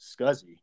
scuzzy